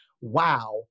wow